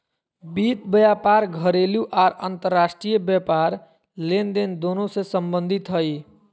वित्त व्यापार घरेलू आर अंतर्राष्ट्रीय व्यापार लेनदेन दोनों से संबंधित हइ